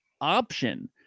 option